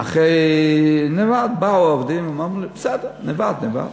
אחרי שנאבד, באו העובדים ואמרו: בסדר, נאבד, נאבד.